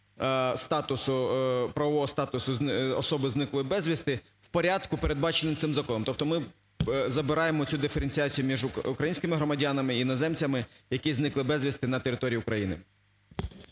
правового статусу особи, зниклої безвісти, в порядку, передбаченому цим законом. Тобто ми забираємо цю диференціацію між українськими громадянами і іноземцями, які зникли безвісти на території України.